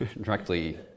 directly